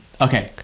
Okay